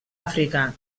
àfrica